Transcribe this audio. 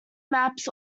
maps